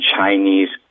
Chinese